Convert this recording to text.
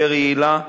יותר יעילה,